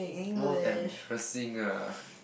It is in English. most embarrassing ah